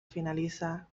finaliza